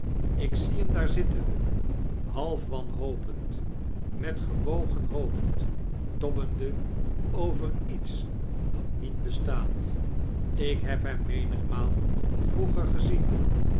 ik zie hem daar zitten half wanhopend met gebogen hioofd tobbende over ietsi dat niet bestaat ik heb hem menigmaal vroeger getaea